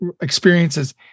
experiences